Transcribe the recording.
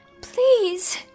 Please